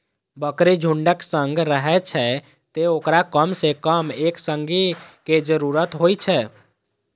बकरी झुंडक संग रहै छै, तें ओकरा कम सं कम एक संगी के जरूरत होइ छै